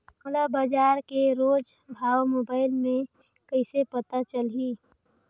मोला बजार के रोज भाव मोबाइल मे कइसे पता चलही?